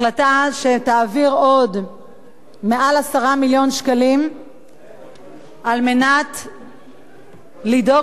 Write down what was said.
החלטה שתעביר יותר מ-10 מיליון שקלים כדי לדאוג